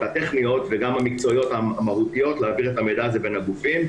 הטכניות וגם המקצועיות המהותיות להעביר את המידע הזה בין הגופים,